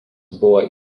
buvo